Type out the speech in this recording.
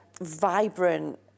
vibrant